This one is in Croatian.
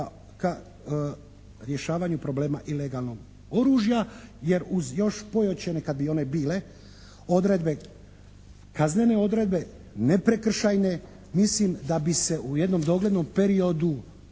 rješavanju problema ilegalnog oružja, jer uz još pojačane, kad bi one bile, odredbe, kazneno odredbe, ne prekršajne, mislim da bi se u jednom doglednom periodu